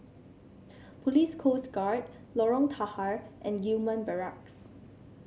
Police Coast Guard Lorong Tahar and Gillman Barracks